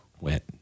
went